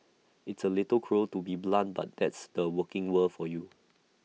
it's A little cruel to be blunt but that's the working world for you